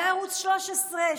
וערוץ 13,